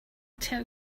tell